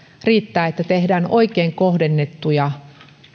riittää että tehdään sellaisia oikein kohdennettuja